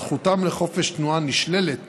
זכותם לחופש תנועה נשללת